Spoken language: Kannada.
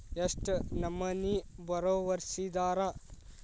ಎಷ್ಟ್ ನಮನಿ ಬಾರೊವರ್ಸಿದಾರ?